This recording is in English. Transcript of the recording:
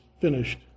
finished